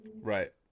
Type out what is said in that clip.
Right